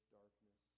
darkness